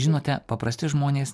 žinote paprasti žmonės